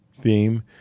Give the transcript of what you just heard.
theme